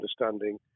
understanding